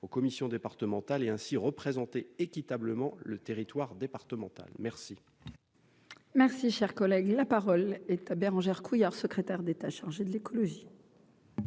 aux commissions départementales et ainsi représentées équitablement le territoire départemental merci. Merci, cher collègue, la parole est à Bérangère Couillard, secrétaire d'État chargée de l'écologie.